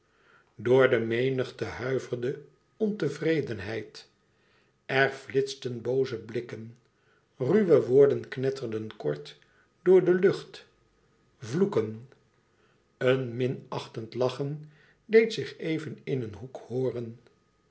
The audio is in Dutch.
door de menigte huiverde ontevredenheid er flitsten booze blikken ruwe woorden knetterden kort door de lucht vloeken een minachtend lachen deed zich even in een hoek hooren